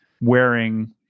wearing